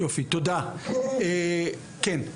תודה, כן.